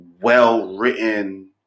well-written